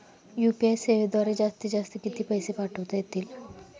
UPI सेवेद्वारे जास्तीत जास्त किती पैसे पाठवता येतील?